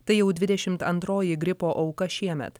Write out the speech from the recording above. tai jau dvidešimt antroji gripo auka šiemet